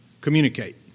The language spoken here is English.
communicate